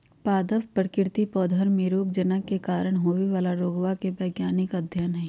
पादप विकृति पौधवन में रोगजनक के कारण होवे वाला रोगवा के वैज्ञानिक अध्ययन हई